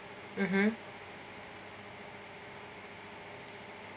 mmhmm